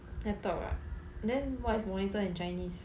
laptop ah then what is monitor in chinese